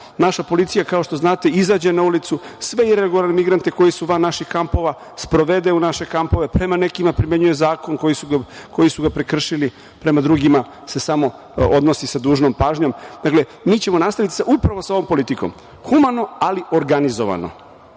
Naša policija, kao što znate, izađe na ulicu, sve iregularne migrante koji su van naših kampova sprovede u naše kampove, prema nekima primenjuje zakon koji su ga prekršili, prema drugima se samo odnosi sa dužnom pažnjom. Dakle, mi ćemo nastaviti upravo sa ovom politikom – humano, ali organizovano.